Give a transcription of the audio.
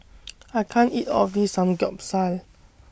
I can't eat All of This Samgyeopsal